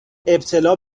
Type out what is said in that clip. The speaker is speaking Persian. ابتلا